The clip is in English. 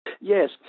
Yes